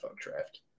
draft